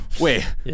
Wait